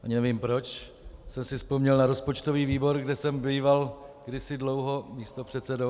Ani nevím, proč jsem si vzpomněl na rozpočtový výbor, kde jsem býval kdysi dlouho místopředsedou.